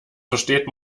versteht